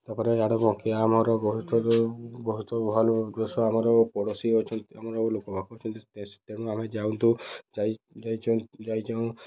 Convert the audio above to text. ତା'ପରେ ଇଆଡ଼େ ବଙ୍କିଆ ଆମର ବହୁତ ବହୁତ ଭଲ ଦୃଶ୍ୟ ଆମର ପଡ଼ୋଶୀ ଅଛନ୍ତି ଆମର ଲୋକ ପାଖ ଅଛନ୍ତି ତେଣୁ ଆମେ ଯାଆନ୍ତୁ ଯାଇ ଯାଇଚୁଁ